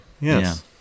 Yes